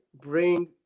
bring